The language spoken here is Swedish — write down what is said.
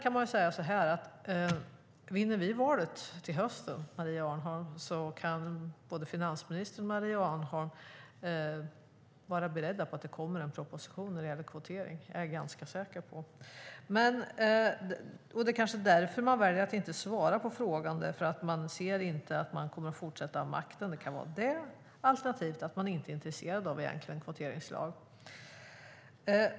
Om vi vinner valet till hösten kan både finansministern och Maria Arnholm vara beredda på att det kommer en proposition när det gäller kvotering. Det är jag ganska säker på. Det kanske är därför som man väljer att inte svara på frågan, alltså därför att man inte ser att man kommer att fortsätta att ha makten. Eller också är man egentligen inte intresserad av en kvoteringslag.